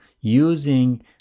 using